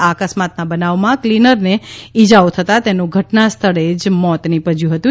આ અકસ્માતના બનાવમાં ક્લીનરને ઇજાઓ થતાં તેનું ઘટના સ્થળે જ કમકમાટીભર્યુ મોત નીપજ્યું હતું